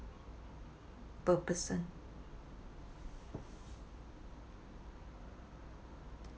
per person